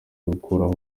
gukuraho